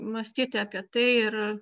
mąstyti apie tai ir